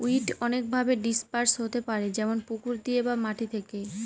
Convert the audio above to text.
weed অনেকভাবে disperse হতে পারে যেমন পুকুর দিয়ে বা মাটি থেকে